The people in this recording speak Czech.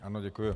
Ano, děkuji.